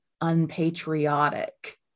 unpatriotic